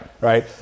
right